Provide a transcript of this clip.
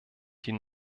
die